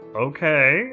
Okay